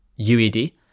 UED